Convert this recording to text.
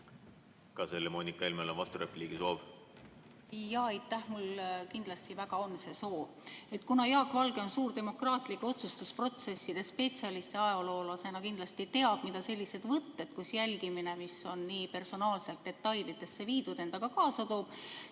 Kas Helle-Moonika Helmel on vasturepliigisoov? Jaa, aitäh, mul kindlasti väga see soov on. Kuna Jaak Valge on suur demokraatlike otsustusprotsesside spetsialist ja ajaloolasena kindlasti teab, mida sellised võtted, kus jälgimine, mis on nii personaalselt detailidesse viidud, endaga kaasa toovad,